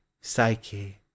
Psyche